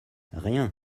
rien